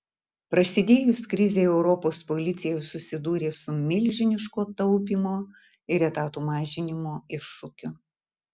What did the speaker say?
prasidėjus krizei europos policija susidūrė su milžiniško taupymo ir etatų mažinimo iššūkiu